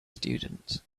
students